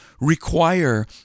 require